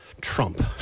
Trump